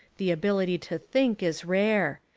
the ability to think is rare.